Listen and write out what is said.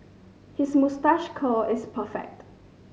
his moustache curl is perfect